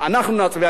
אנחנו נצביע נגד.